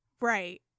Right